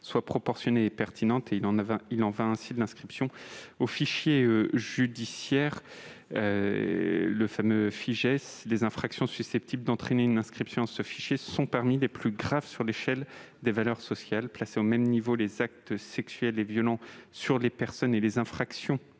soit proportionnée et pertinente. Il en va ainsi de l'inscription au fameux Fijais. Les infractions susceptibles d'entraîner une inscription dans ce fichier sont parmi les plus graves sur l'échelle des valeurs sociales. Placer au même niveau les actes sexuels et les violences sur les personnes et les infractions-